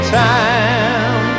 time